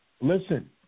Listen